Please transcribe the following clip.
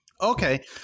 Okay